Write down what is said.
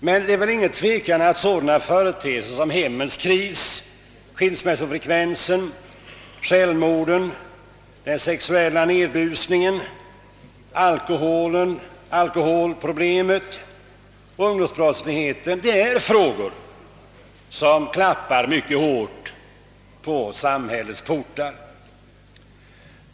Men det råder väl inget tvivel om att frågor som hemmens kris, skilsmässofrekvensen, självmorden, den sexuella nedbusningen, alkoholproblemet och ungdomsbrottsligheten klappar mycket hårt på samhällets portar.